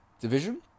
division